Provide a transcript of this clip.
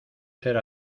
ser